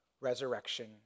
resurrection